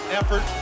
effort